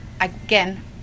again